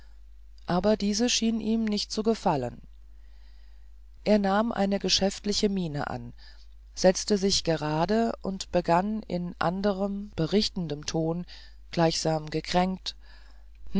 aber diese schien ihm nicht zu gefallen er nahm eine geschäftliche miene an setzte sich gerade und begann in anderem berichtenden ton gleichsam gekränkt